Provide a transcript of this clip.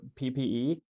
PPE